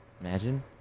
imagine